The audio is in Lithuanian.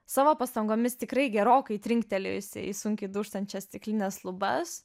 savo pastangomis tikrai gerokai trinktelėjusi į sunkiai dūžtančias stiklines lubas